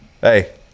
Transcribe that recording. Hey